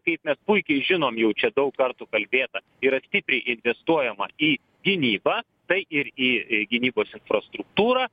kaip mes puikiai žinom jau čia daug kartų kalbėta yra stipriai investuojama į gynybą tai ir į gynybos infrastruktūrą